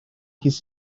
his